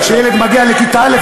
כשילד מגיע לכיתה א',